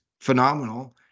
phenomenal